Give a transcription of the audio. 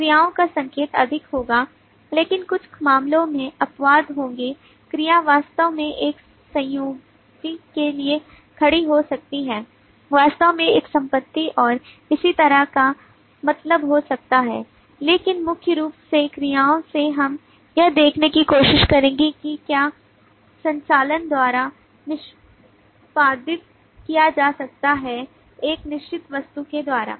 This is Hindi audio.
क्रियाओं का संकेत अधिक होगा लेकिन कुछ मामलों में अपवाद होंगे क्रिया वास्तव में एक संयोजी के लिए खड़ी हो सकती है वास्तव में एक संपत्ति और इसी तरह का मतलब हो सकता है लेकिन मुख्य रूप से क्रियाओं से हम यह देखने की कोशिश करेंगे कि क्या संचालन द्वारा निष्पादित किया जा सकता है एक निश्चित वस्तु के द्वारा